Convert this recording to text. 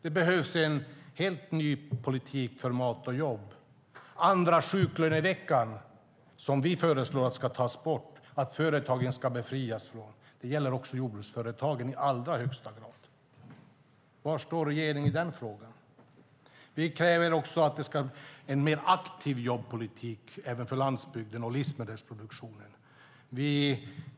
Det behövs en helt ny politik för mat och jobb. Andra sjuklöneveckan, som vi föreslår att företagen ska befrias från, gäller också jordbruksföretagen i allra högsta grad. Var står regeringen i den frågan? Vi kräver också en mer aktiv jobbpolitik även för landsbygden och livsmedelsproduktionen.